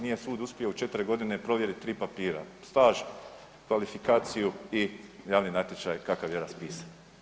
Nije sud uspio u 4 godine provjeriti 3 papira, staž, kvalifikaciju i javni natječaj kakav je raspisan.